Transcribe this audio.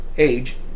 age